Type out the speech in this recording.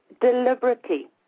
deliberately